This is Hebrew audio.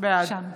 בעד נירה שפק,